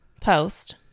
post